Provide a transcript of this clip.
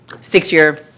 six-year